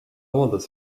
avaldas